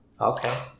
okay